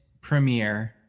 premiere